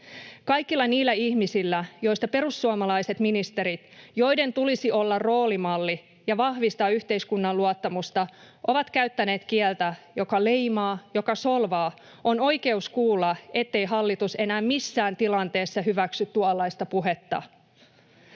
Kaikilla niillä ihmisillä, joista perussuomalaiset ministerit — joiden tulisi olla roolimalleja ja vahvistaa yhteiskunnan luottamusta — ovat käyttäneet kieltä, joka leimaa, joka solvaa, on oikeus kuulla, ettei hallitus enää missään tilanteessa hyväksy tuollaista puhetta.